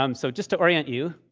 um so just to orient you,